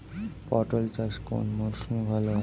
পটল চাষ কোন মরশুমে ভাল হয়?